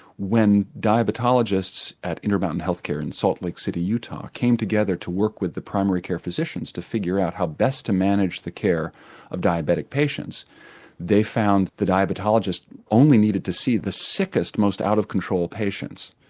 when diabetologists at intermountain healthcare in salt lake city, utah, came together to work with the primary care physicians to figure out how best to manage the care of diabetic patients they found the diabetologists only needed to see the sickest, most out of control patients.